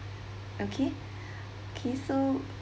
okay okay so